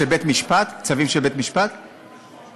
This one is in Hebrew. צווים של בית-משפט או מינהליים?